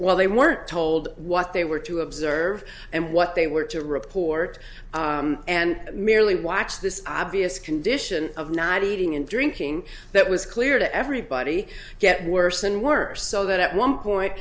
well they weren't told what they were to observe and what they were to report and merely watch this obvious condition of not eating and drinking that was clear to everybody get worse and worse so that at one